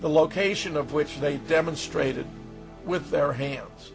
the location of which they demonstrated with their hands